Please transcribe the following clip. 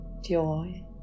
joy